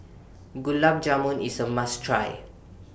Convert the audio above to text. Gulab Jamun IS A must Try